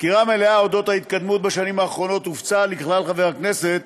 סקירה מלאה של ההתקדמות בשנים האחרונות הופצה לכלל חברי הכנסת,